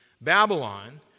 Babylon